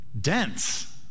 dense